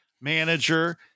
manager